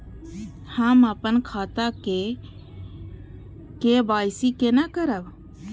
हम अपन खाता के के.वाई.सी केना करब?